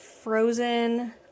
frozen